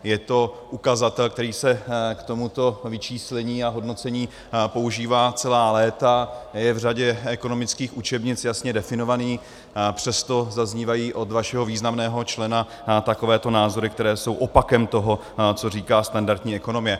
Je to ukazatel, který se k tomuto vyčíslení a hodnocení používá celá léta, je v řadě ekonomických učebnic jasně definován, a přesto zaznívají od vašeho významného člena takovéto názory, které jsou opakem toho, co říká standardní ekonomie.